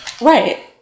Right